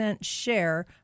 Share